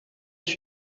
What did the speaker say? huit